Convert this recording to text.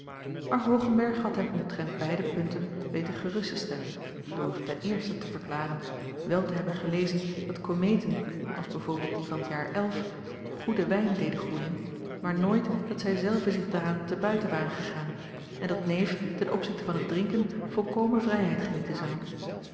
o hoogenberg had hem omtrent beide punten weten gerust te stellen door te verklaren wel te hebben gelezen dat komeeten als b v die van t jaar elf goeden wijn deden groeien maar nooit dat zij zelve zich daaraan te buiten waren gegaan o en dat neef ten opzichte van het drinken volkomen vrijheid genieten zou